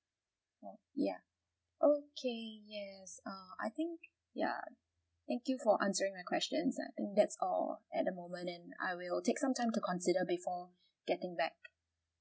ya ya okay yes uh I think ya thank you for answering my questions I think that's all at the moment and I will take some time to consider before getting back